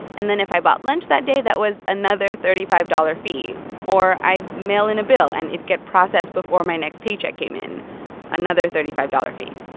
and then if i bought lunch that day, that was another thirty five dollars fee, or i'd mail in a bill, and it'd get processed before my next paycheck came in another thirty five dollars fee.